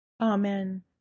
Amen